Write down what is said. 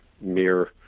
mere